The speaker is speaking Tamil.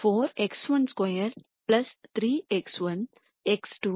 4 x12 3 x1 x2 2